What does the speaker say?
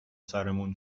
سرمون